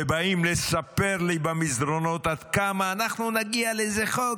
ובאים לספר לי במסדרונות עד כמה אנחנו נגיע לאיזה חוק,